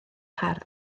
hardd